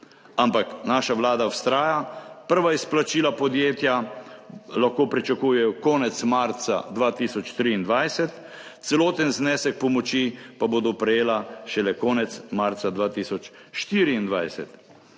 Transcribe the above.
ampak naša vlada vztraja. Prva izplačila lahko podjetja pričakujejo konec marca 2023, celoten znesek pomoči pa bodo prejela šele konec marca 2024.